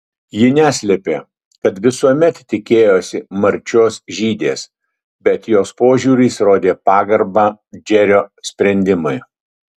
ji neslėpė kad visuomet tikėjosi marčios žydės bet jos požiūris rodė pagarbą džerio sprendimui